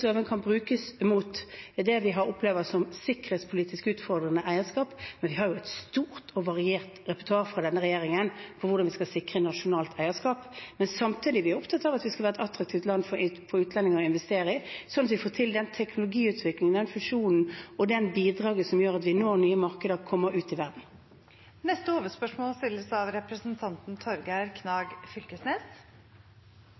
kan brukes mot det vi opplever som sikkerhetspolitisk utfordrende eierskap. Men vi har et stort og variert repertoar fra denne regjeringen for hvordan vi skal sikre nasjonalt eierskap. Samtidig er vi opptatt av at vi skal være et attraktivt land for utlendinger å investere i, sånn at vi får til den teknologiutviklingen, den fusjonen og det bidraget som gjør at vi når nye markeder og kommer ut i verden. Da går vi til neste hovedspørsmål.